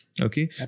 Okay